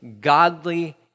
Godly